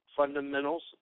fundamentals